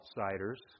outsiders